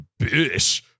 bitch